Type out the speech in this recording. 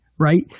Right